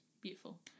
beautiful